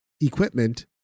equipment